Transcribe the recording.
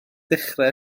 dechrau